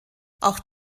auch